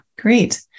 great